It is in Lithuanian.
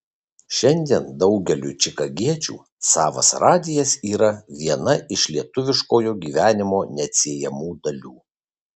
šiandien daugeliui čikagiečių savas radijas yra viena iš lietuviškojo gyvenimo neatsiejamų dalių